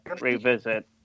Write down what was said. revisit